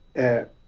at